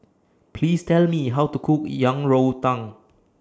Please Tell Me How to Cook Yang Rou Tang